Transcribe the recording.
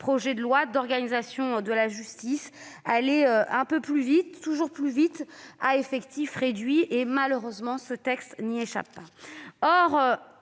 projets de loi d'organisation de la justice : aller un peu plus vite, toujours plus vite, avec des effectifs réduits. Malheureusement, ce texte n'y échappe pas.